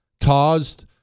caused